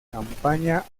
campaña